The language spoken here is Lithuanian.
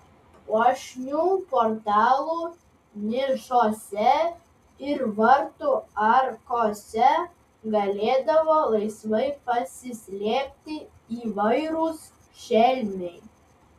puošnių portalų nišose ir vartų arkose galėdavo laisvai pasislėpti įvairūs šelmiai